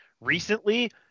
Recently